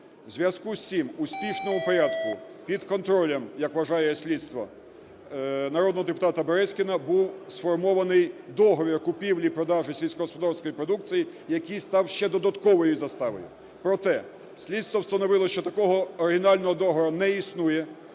У зв'язку з цим у спішному порядку під контролем, як вважає слідство, народного депутата Березкіна був сформований договір купівлі-продажу сільськогосподарської продукції, який став ще додатковою заставою. Проте слідство встановило, що такого оригінального договору не існує,